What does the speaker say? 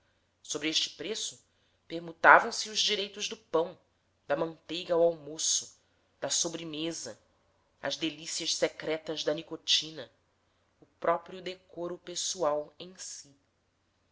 sobre este preço permutavam se os direitos do pão da manteiga ao almoço da sobremesa as delicias secretas da nicotina o próprio decoro pessoal em si